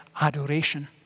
adoration